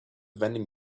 vending